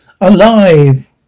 alive